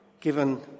given